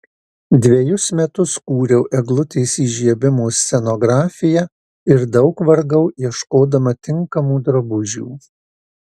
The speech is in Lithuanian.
dvejus metus kūriau eglutės įžiebimo scenografiją ir daug vargau ieškodama tinkamų drabužių